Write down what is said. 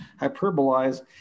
hyperbolize